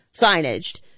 signaged